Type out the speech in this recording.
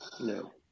No